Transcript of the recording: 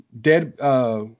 Dead